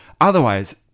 Otherwise